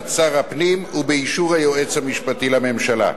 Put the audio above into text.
שר הפנים ובאישור היועץ המשפטי לממשלה.